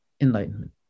enlightenment